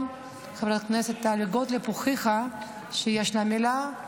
חברת הכנסת טלי גוטליב הוכיחה שיש לה מילה.